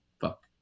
fuck